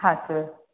હા સર